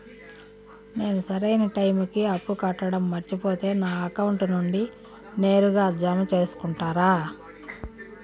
నేను సరైన టైముకి అప్పు కట్టడం మర్చిపోతే నా అకౌంట్ నుండి నేరుగా జామ సేసుకుంటారా?